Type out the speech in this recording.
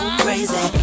crazy